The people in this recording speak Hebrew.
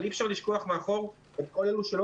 אבל אי אפשר לשכוח מאחור את כל אלו שלא